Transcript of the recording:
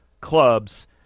clubs